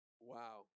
Wow